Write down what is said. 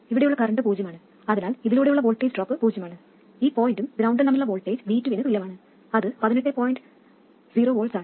ഇവിടെയുള്ള കറൻറ് പൂജ്യമാണ് അതിനാൽ ഇതിലൂടെയുള്ള വോൾട്ടേജ് ഡ്രോപ്പ് പൂജ്യമാണ് ഈ പോയിന്റും ഗ്രൌണ്ടും തമ്മിലുള്ള വോൾട്ടേജ് V2വിനു തുല്യമാണ് അത് 18 V ആണ്